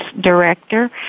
director